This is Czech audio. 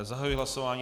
Zahajuji hlasování.